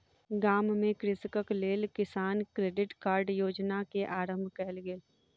गाम में कृषकक लेल किसान क्रेडिट कार्ड योजना के आरम्भ कयल गेल